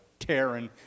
tearing